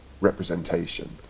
representation